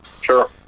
Sure